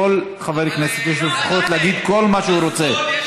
לכל חבר כנסת יש זכות להגיד כל מה שהוא רוצה.